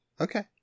Okay